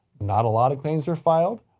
not a lot of claims are filed.